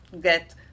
get